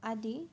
আদি